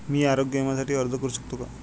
मी आरोग्य विम्यासाठी अर्ज करू शकतो का?